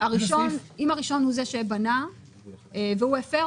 אם הראשון הוא זה שבנה והוא הפר,